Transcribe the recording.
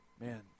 Man